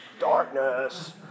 darkness